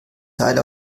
seil